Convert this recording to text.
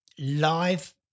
live